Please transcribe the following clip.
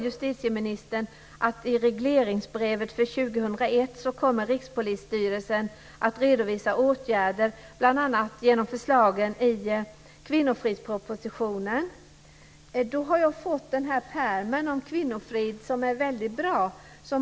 Justitieministern svarar att i regleringsbrevet för 2001 kommer Rikspolisstyrelsen att redovisa åtgärder bl.a. genom förslagen i kvinnofridspropositionen. Jag har fått en pärm med material om kvinnofrid. Det är väldigt bra.